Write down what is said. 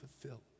fulfill